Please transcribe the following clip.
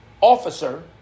officer